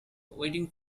wedding